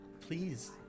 Please